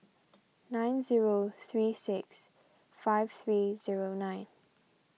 nine zero three six five three zero nine